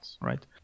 right